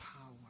power